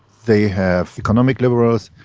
they have economic liberals,